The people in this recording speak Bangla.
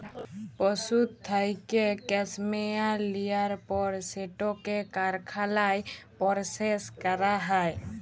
পশুর থ্যাইকে ক্যাসমেয়ার লিয়ার পর সেটকে কারখালায় পরসেস ক্যরা হ্যয়